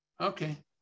Okay